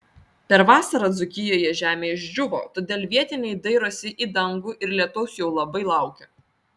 per vasarą dzūkijoje žemė išdžiūvo todėl vietiniai dairosi į dangų ir lietaus jau labai laukia